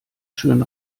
schön